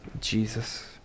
Jesus